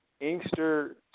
Inkster